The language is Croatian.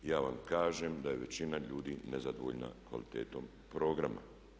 Ja vam kažem da je većina ljudi nezadovoljna kvalitetom programa.